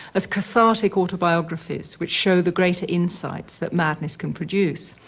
as cathartic autobiographies which show the greater insights that madness can produce.